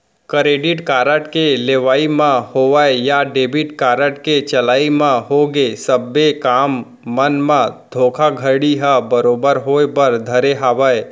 credit card के लेवई म होवय या डेबिट कारड के चलई म होगे सबे काम मन म धोखाघड़ी ह बरोबर होय बर धरे हावय